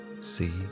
see